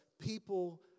people